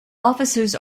officers